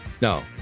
No